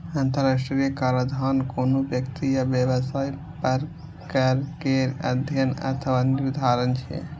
अंतरराष्ट्रीय कराधान कोनो व्यक्ति या व्यवसाय पर कर केर अध्ययन अथवा निर्धारण छियै